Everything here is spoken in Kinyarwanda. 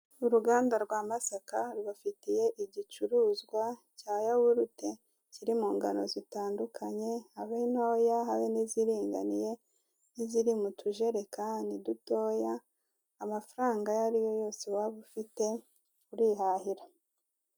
Uruganda rwa masaka rufitiye cya igicuruzwa cya yawurute kiri mu ngano zitandukanye habe ntoya, habe n'iziringaniye n'iziri mu tujerekani dutoya. amafaranga ayo ariyo yose waba ufite urihahira.